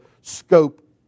scope